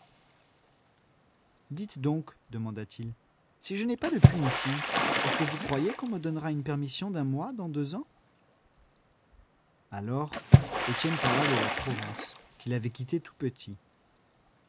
dites donc demanda-t-il si je n'ai pas de punitions est-ce que vous croyez qu'on me donnera une permission d'un mois dans deux ans alors étienne parla de la provence qu'il avait quittée tout petit